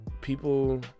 people